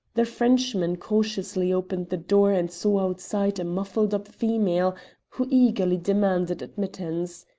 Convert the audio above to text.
the frenchman cautiously opened the door and saw outside a muffled-up female who eagerly demanded admittance.